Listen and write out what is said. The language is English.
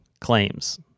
claims